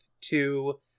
two